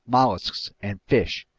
mollusks, and fish.